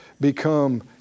become